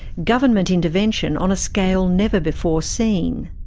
government intervention on a scale never before seen.